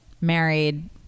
married